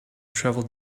travel